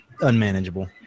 unmanageable